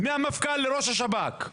מהמפכ״ל לראש השב״כ,